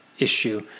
Issue